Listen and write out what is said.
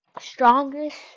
strongest